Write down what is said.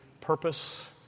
purpose